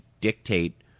dictate